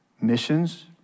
missions